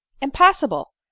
impossible